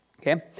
Okay